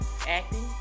acting